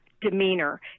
demeanor